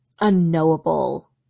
unknowable